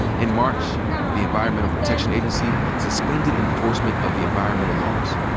in march the environmental protection agency suspended enforcement of the environmental laws,